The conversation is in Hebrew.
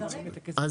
אני